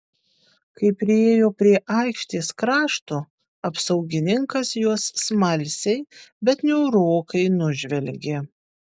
kai priėjo prie aikštės krašto apsaugininkas juos smalsiai bet niūrokai nužvelgė